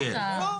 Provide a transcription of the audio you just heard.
לא.